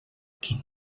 qui